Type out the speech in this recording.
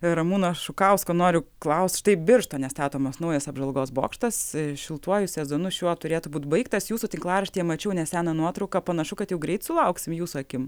ramūno šukausko noriu klaust štai birštone statomas naujas apžvalgos bokštas šiltuoju sezonu šiuo turėtų būt baigtas jūsų tinklaraštyje mačiau neseną nuotrauką panašu kad jau greit sulauksim jūsų akim